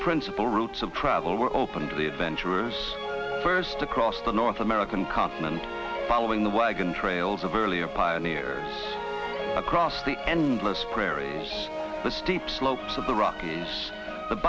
principal routes of travel were open to the adventurers first across the north american continent following the wagon trails of earlier pioneers across the endless prairie the steep slopes of the rockies the